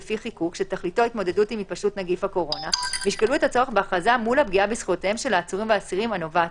כשהתחלנו את הדיונים היינו עם 10 או 20 מאובחנים